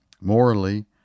Morally